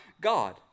God